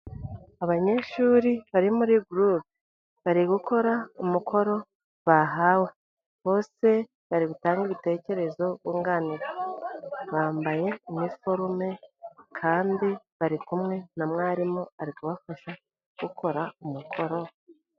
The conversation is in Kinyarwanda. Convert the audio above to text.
Abanyeshuri bari muri gurupe, bari gukora umukoro bahawe, bose bari butanga ibitekerezo bunganirana bambaye iniforume ,kandi bari kumwe na mwarimu, ari kubafasha gukora umukoro we.